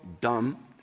dumb